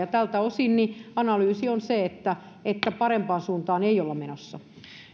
tältä osin analyysi on se että että parempaan suuntaan ei olla menossa